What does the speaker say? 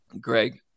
Greg